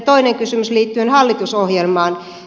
toinen kysymys liittyen hallitusohjelmaan